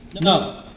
no